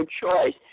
choice